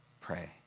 pray